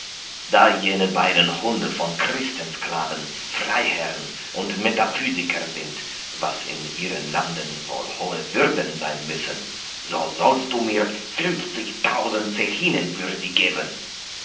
da jene beiden hunde von christensklaven freiherren und metaphysiker sind was in ihren landen wohl hohe würden sein müssen so sollst du mir zechinen für sie geben